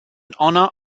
honor